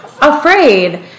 afraid